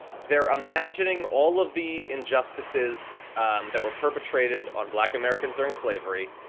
they're imagining all of the injustices that were perpetrated on black americans during slavery.